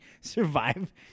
survive